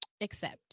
Accept